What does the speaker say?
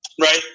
Right